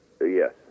Yes